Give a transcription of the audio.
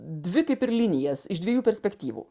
dvi kaip ir linijas iš dviejų perspektyvų